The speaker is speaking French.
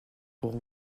pour